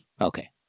Okay